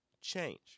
change